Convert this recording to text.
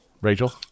Rachel